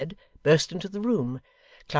burst into the room,